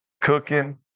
cooking